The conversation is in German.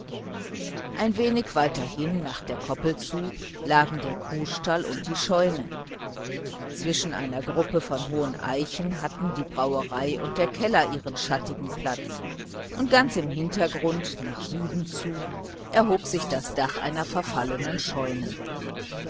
ein wenig weiterhin nach der koppel zu lagen der kuhstall und die scheune zwischen einer gruppe von hohen eichen hatten die brauerei und der keller ihren schattigen platz und ganz im hintergrund nach süden zu erhob sich das dach einer verfallenen scheune